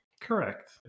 correct